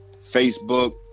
Facebook